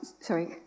sorry